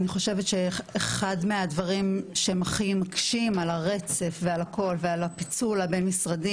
אני חושבת שאחד מהדברים שהם הכי מקשים על הרצף ועל הפיצול הבין-משרדי